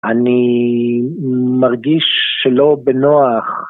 אני מרגיש שלא בנוח.